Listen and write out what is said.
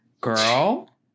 Girl